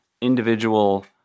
individual